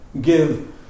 give